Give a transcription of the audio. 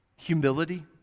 Humility